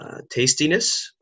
tastiness